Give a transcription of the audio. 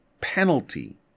penalty